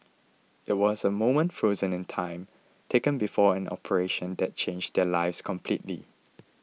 it was a moment frozen in time taken before an operation that changed their lives completely